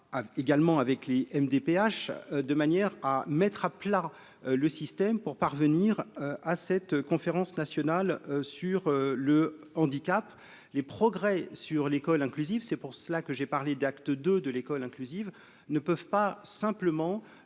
également avec les MDPH de manière à mettre à plat le système pour parvenir à cette conférence nationale sur le handicap, les progrès sur l'école inclusive, c'est pour cela que j'ai parlé d'acte de de l'école inclusive ne peuvent pas simplement